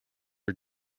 are